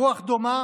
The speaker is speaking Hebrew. ברוח דומה